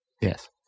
Yes